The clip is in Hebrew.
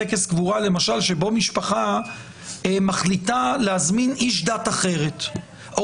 טקס קבורה שבו משפחה מחליטה להזמין איש דת אחרת או